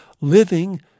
living